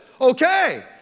Okay